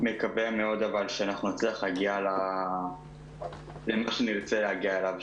מקווה מאוד אבל שאנחנו נצליח להגיע למה שנרצה להגיע אליו,